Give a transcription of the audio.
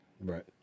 right